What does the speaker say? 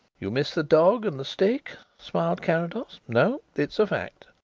you miss the dog and the stick? smiled carrados. no it's a fact.